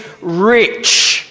rich